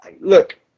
look